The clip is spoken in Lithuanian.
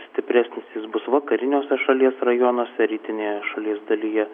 stipresnis jis bus vakariniuose šalies rajonuose rytinėje šalies dalyje